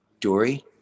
dory